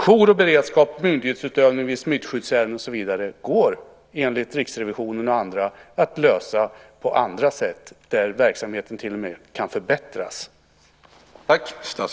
Jour och beredskap, myndighetsutövning, smittskyddsärenden och så vidare går enligt Riksrevisionen och andra att lösa på andra sätt där verksamheten till och med kan förbättras.